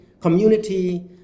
community